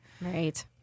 Right